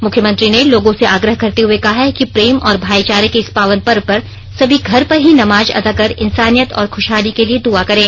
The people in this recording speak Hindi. मुख्यमंत्री ने लोगों से आग्रह करते हुए कहा कि प्रेम और भाईचारे के इस पावन पर्व पर सभी घर पर ही नमाज अदा कर इंसानियत और खुशहाली के लिए दुआ करें